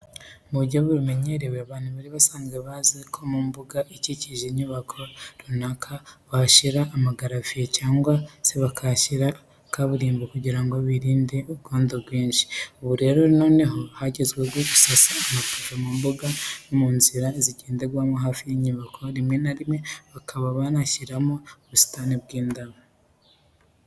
Mu buryo bumenyerewe abantu bari basanzwe bazi ko mu mbuga iba ikikije inyubako runaka, bahashyira amagaraviye cyangwa se bakahashyira kaburimbo kugira ngo birinde urwondo rwinshi. Ubu rero noneho hagezweho gusasa amapave mu mbuga no mu nzira zigenderwamo hafi y'inyubako, rimwe na rimwe bakaba banashyiramo ubusitani bw'indabo.